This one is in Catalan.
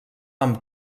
amb